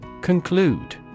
Conclude